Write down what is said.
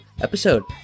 episode